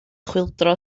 chwyldro